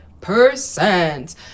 percent